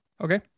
Okay